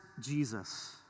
Jesus